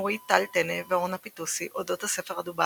נורית טל-טנא ואורנה פיטוסי אודות הספר "הדובה